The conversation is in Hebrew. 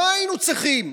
לא היינו צריכים.